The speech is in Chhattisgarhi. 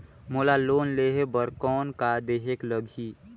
मोला लोन लेहे बर कौन का देहेक लगही?